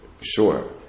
Sure